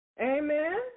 Amen